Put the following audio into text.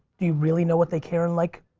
do you really know what they care and like?